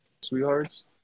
sweethearts